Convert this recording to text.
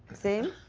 same?